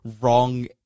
wrong